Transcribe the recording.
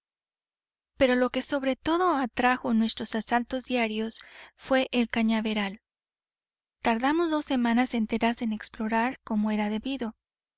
pero lo que sobre todo atrajo nuestros asaltos diarios fué el cañaveral tardamos dos semanas enteras en explorar como era debido